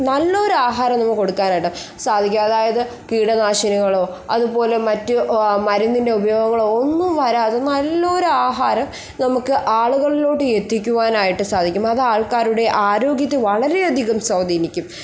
നല്ലൊരു ആഹാരം നമുക്ക് കൊടുക്കാനായിട്ട് സാധിക്കും അതായത് കീടനാശിനികളോ അതുപോലെ മറ്റ് മരുന്നിൻ്റെ ഉപയോഗങ്ങളോ ഒന്നും വരാതെ നല്ലൊരു ആഹാരം നമുക്ക് ആളുകളിലോട്ട് എത്തിക്കുവാനായിട്ട് സാധിക്കും അത് ആൾക്കാരുടെ ആരോഗ്യത്തെ വളരെയധികം സ്വാധീനിക്കും